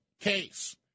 case